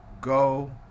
Go